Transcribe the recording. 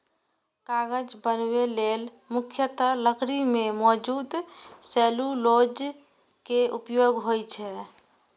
कागज बनबै लेल मुख्यतः लकड़ी मे मौजूद सेलुलोज के उपयोग होइ छै